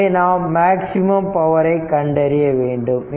எனவே நாம் மேக்ஸிமம் பவரை கண்டறிய வேண்டும்